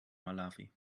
malawi